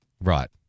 right